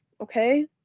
okay